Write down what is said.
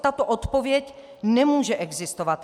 Tato odpověď nemůže existovat.